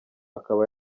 akaba